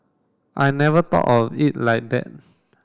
I never thought of it like that